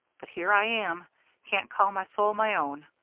but here i am can't call my soul my own.